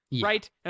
Right